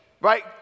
right